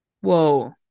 whoa